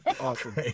Awesome